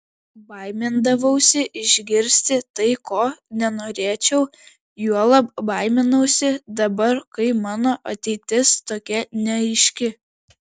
baimindavausi išgirsti tai ko nenorėčiau juolab baiminausi dabar kai mano ateitis tokia neaiški